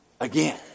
again